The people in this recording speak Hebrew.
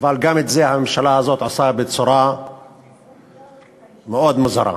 אבל גם את זה הממשלה הזאת עושה בצורה מאוד מוזרה,